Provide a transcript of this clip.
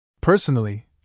Personally